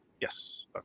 yes